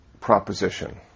proposition